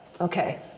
Okay